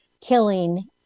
killing